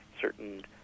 certain